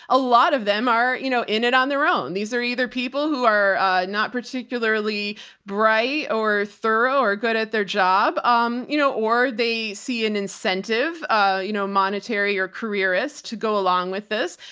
a lot of them are, you know, in it on their own. these are either people who are not particularly bright or thorough, are good at their job. um, you know, or they see an incentive, a you know monetary or careerist to go along with this,